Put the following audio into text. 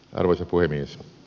arvoisa puhemies